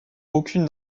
aucune